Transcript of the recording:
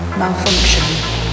malfunction